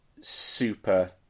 super